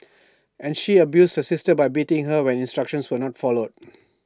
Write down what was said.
and she abused the sister by biting her when instructions were not followed